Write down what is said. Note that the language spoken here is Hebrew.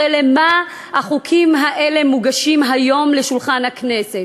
הרי למה החוקים האלה מוגשים היום לשולחן הכנסת?